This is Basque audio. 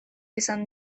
izan